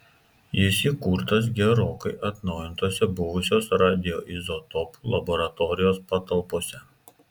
jis įkurtas gerokai atnaujintose buvusios radioizotopų laboratorijos patalpose